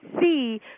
see